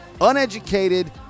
Uneducated